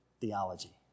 theology